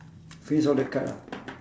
finish all the card ah